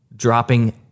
dropping